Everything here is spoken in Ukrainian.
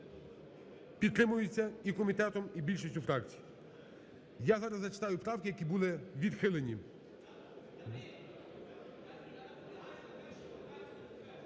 підтримується і комітетом, і більшістю фракцій. Я зараз зачитаю правки, які були відхилені.